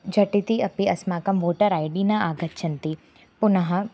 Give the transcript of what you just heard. झटिति अपि अस्माकं वोटर् ऐ डि न आगच्छन्ति पुनः